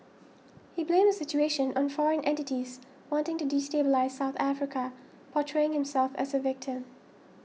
he blamed the situation on foreign entities wanting to destabilise South Africa portraying himself as a victim